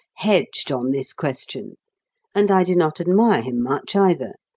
hedged on this question and i do not admire him much either.